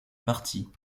partie